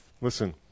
Listen